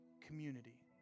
community